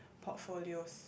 portfolios